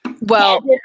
Well-